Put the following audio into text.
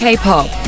K-pop